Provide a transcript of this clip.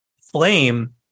flame